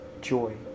joy